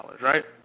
right